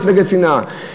מפלגת שנאה,